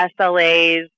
SLAs